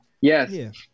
Yes